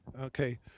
Okay